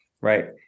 right